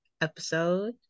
episode